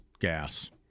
gas